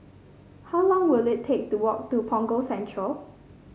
how long will it take to walk to Punggol Central